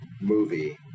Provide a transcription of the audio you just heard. movie